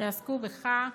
שעסקו בך,